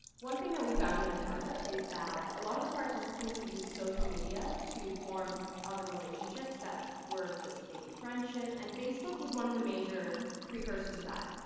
one thing we found in the data is that a lot of the participants use social media to form other relationships that were just maybe friendship. and facebook was one of the major pre-cursors of that.